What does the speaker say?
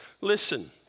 listen